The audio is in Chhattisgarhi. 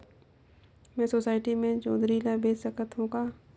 मैं सोसायटी मे जोंदरी ला बेच सकत हो का?